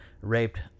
raped